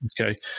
Okay